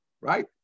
right